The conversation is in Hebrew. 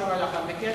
או בשבוע לאחר מכן.